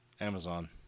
Amazon